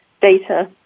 data